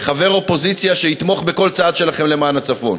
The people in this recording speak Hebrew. כחבר אופוזיציה שיתמוך בכל צעד שלכם למען הצפון,